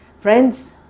Friends